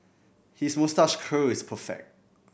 his moustache curl is perfect